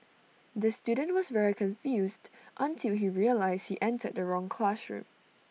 the student was very confused until he realised he entered the wrong classroom